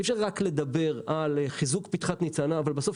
אי-אפשר רק לדבר על חיזוק פתחת ניצנה אבל בסוף,